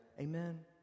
Amen